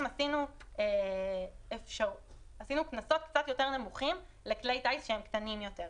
עשינו קנסות קצת יותר נמוכים לכלי טיס שהם קטנים יותר.